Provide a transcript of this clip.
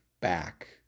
back